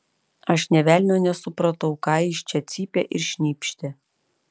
aš nė velnio nesupratau ką jis čia cypė ir šnypštė